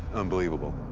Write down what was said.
unbelievable.